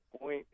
point